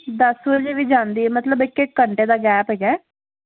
ਦੱਸ ਵਜੇ ਵੀ ਜਾਂਦੀ ਏ ਮਤਲਬ ਇੱਕ ਇੱਕ ਘੰਟੇ ਦਾ ਗੈਪ ਹੈਗਾ